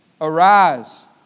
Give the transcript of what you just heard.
arise